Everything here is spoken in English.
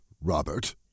Robert